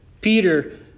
Peter